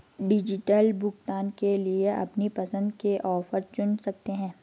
digital भुगतान के लिए अपनी पसंद के ऑफर चुन सकते है